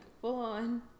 full-on